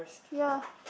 ya